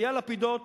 אייל לפידות